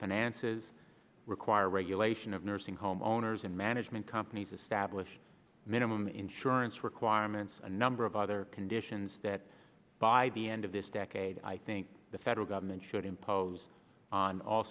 finances require regulation of nursing home owners and management companies establish minimum insurance requirements a number of other conditions that by the end of this decade i think the federal government should impose on all